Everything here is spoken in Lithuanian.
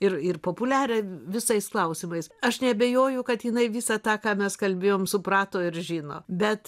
ir ir populiarią visais klausimais aš neabejoju kad jinai visą tą ką mes kalbėjom suprato ir žino bet